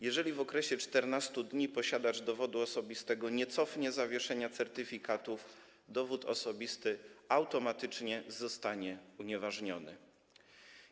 Jeżeli w okresie 14 dni posiadacz dowodu osobistego nie cofnie zawieszenia certyfikatów, dowód osobisty automatycznie zostanie unieważniony.